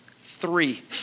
Three